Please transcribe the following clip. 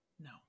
No